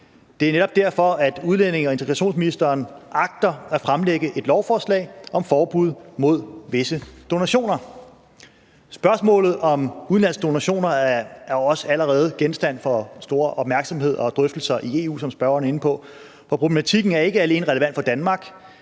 netop derfor, at udlændinge- og integrationsministeren agter at fremlægge et lovforslag om forbud mod visse donationer. Spørgsmålet om udenlandske donationer er også allerede genstand for stor opmærksomhed og drøftelser i EU, som spørgeren er inde på. For problematikken er ikke alene relevant for Danmark.